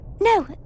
No